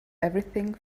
everything